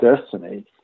destiny